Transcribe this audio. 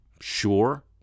sure